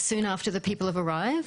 מיד אחרי שהאנשים מגיעים.